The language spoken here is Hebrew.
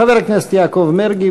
חבר הכנסת יעקב מרגי,